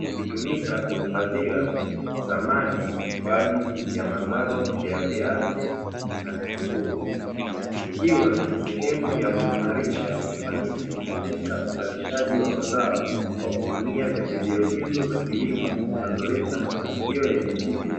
vikitumika kuhifadhia samadi kwa ajili ya mazao ya viazi na vitunguu ikiwa ni sehemu ya kuimarisha ufanisi katika uzalishaji wa mazao kwa kutumia pembejeo hizo za kilimo zinazoleta mafanikio yenye tija.